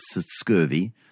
scurvy